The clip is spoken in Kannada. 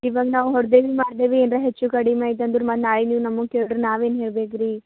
ಇವಾಗ ನಾವು ಹೊಡದೇವಿ ಮಾಡದೇವಿ ಏನರ ಹೆಚ್ಚು ಕಡಿಮೆ ಆಯ್ತು ಅಂದ್ರೆ ಮತ್ತೆ ನಾಳೆ ನೀವು ನಮ್ಗೆ ಕೇಳ್ರೆ ನಾವೇನು ಹೇಳ್ಬೇಕು ರೀ